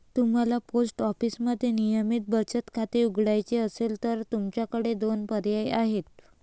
तुम्हाला पोस्ट ऑफिसमध्ये नियमित बचत खाते उघडायचे असेल तर तुमच्याकडे दोन पर्याय आहेत